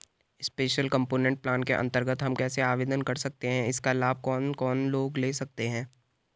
Special component plan के अन्तर्गत हम कैसे आवेदन कर सकते हैं इसका लाभ कौन कौन लोग ले सकते हैं?